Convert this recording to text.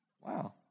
Wow